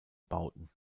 bauten